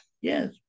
Yes